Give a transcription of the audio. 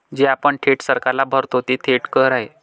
जे आपण थेट सरकारला भरतो ते थेट कर आहेत